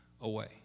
away